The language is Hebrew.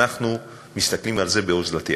ואנחנו מסתכלים על זה באוזלת יד.